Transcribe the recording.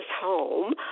home